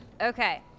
Okay